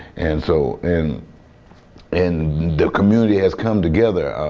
and so, and and the community has come together.